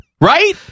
right